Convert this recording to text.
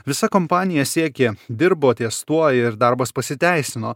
visa kompanija siekė dirbo ties tuo ir darbas pasiteisino